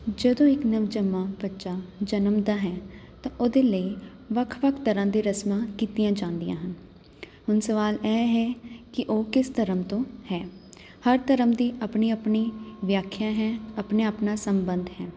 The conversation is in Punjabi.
ਜਦੋਂ ਇੱਕ ਨਵਜੰਮਾ ਬੱਚਾ ਜਨਮਦਾ ਹੈ ਤਾਂ ਉਹਦੇ ਲਈ ਵੱਖ ਵੱਖ ਤਰ੍ਹਾਂ ਦੇ ਰਸਮਾਂ ਕੀਤੀਆਂ ਜਾਂਦੀਆਂ ਹਨ ਹੁਣ ਸਵਾਲ ਇਹ ਹੈ ਕਿ ਉਹ ਕਿਸ ਧਰਮ ਤੋਂ ਹੈ ਹਰ ਧਰਮ ਦੀ ਆਪਣੀ ਆਪਣੀ ਵਿਆਖਿਆ ਹੈ ਆਪਣੇ ਆਪਣਾ ਸੰਬੰਧ ਹੈ